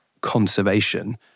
conservation